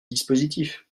dispositif